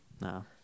No